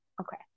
okay